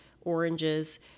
oranges